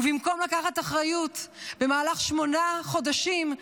במקום לקחת אחריות במהלך שמונה חודשים,